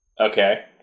Okay